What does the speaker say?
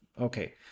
Okay